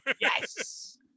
Yes